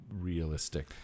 realistic